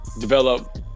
develop